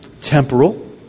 temporal